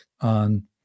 on